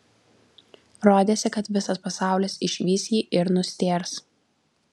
rodėsi kad visas pasaulis išvys jį ir nustėrs